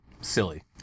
silly